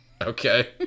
okay